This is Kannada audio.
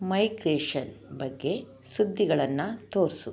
ಮೈಗ್ರೇಷನ್ ಬಗ್ಗೆ ಸುದ್ದಿಗಳನ್ನ ತೋರಿಸು